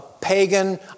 pagan